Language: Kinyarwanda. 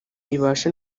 ibashe